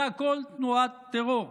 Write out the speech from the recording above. זה הכול תנועת טרור.